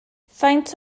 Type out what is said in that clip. faint